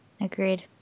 Agreed